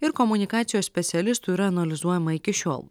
ir komunikacijos specialistų yra analizuojama iki šiol